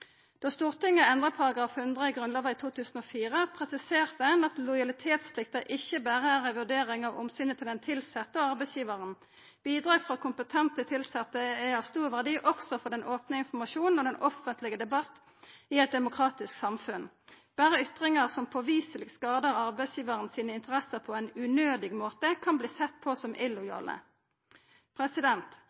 Då Stortinget endra § 100 i Grunnlova i 2004, presiserte ein at lojalitetsplikta ikkje berre er ei vurdering av omsynet til den tilsette og arbeidsgivaren. Bidrag frå kompetente tilsette er av stor verdi også for den opne informasjonen og den offentlege debatten i eit demokratisk samfunn. Berre ytringar som påviseleg skadar arbeidsgivaren sine interesser på ein unødig måte, kan verta sett på som illojale.